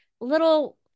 little